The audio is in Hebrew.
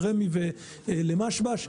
לרמ"י ולמשב"ש,